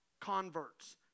converts